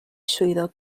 swyddog